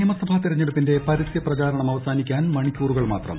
നിയമസഭാ തെരഞ്ഞെടുപ്പിന്റെ പരസ്യപ്രചാരണം അവസാനിക്കാൻ മണിക്കൂറുകൾ മാത്രം